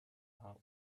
heart